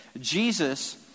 Jesus